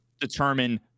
determine